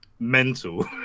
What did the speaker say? Mental